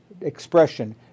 expression